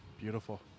Beautiful